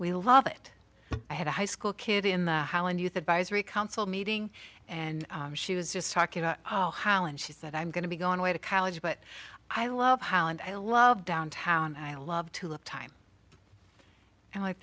we love it i had a high school kid in the highland youth advisory council meeting and she was just talking about holland she said i'm going to be going away to college but i love holland i love downtown i love to look time and like